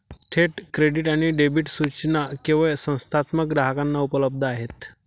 थेट क्रेडिट आणि डेबिट सूचना केवळ संस्थात्मक ग्राहकांना उपलब्ध आहेत